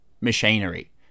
machinery